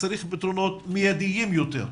צריך פתרונות מיידים יותר.